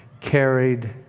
carried